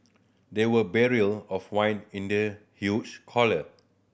there were barrel of wine in the huge caller